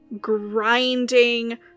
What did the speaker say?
grinding